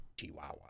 chihuahua